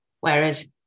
whereas